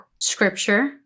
scripture